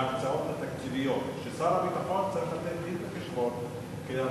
וההקצאות התקציביות ששר הביטחון צריך לתת דין-וחשבון כדי,